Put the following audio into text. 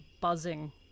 buzzing